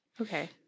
okay